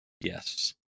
Yes